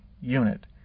unit